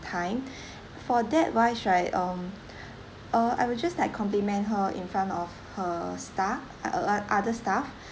time for that wise right um uh I would just like compliment her in front of her staff uh o~ other staff